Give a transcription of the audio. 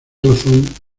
razón